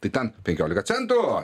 tai ten penkiolika centų